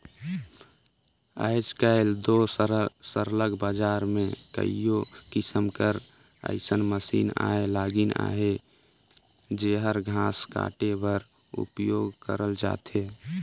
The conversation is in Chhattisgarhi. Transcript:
आएज काएल दो सरलग बजार में कइयो किसिम कर अइसन मसीन आए लगिन अहें जेहर घांस काटे बर उपियोग करल जाथे